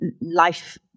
life